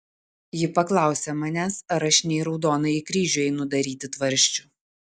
ji paklausė manęs ar aš ne į raudonąjį kryžių einu daryti tvarsčių